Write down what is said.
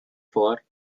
for